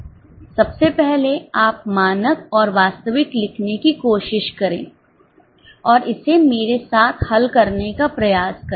सबसे पहले आप मानक और वास्तविक लिखने की कोशिश करें और इसे मेरे साथ हल करने का प्रयास करें